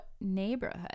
neighborhood